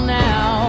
now